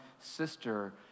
sister